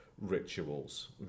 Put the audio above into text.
rituals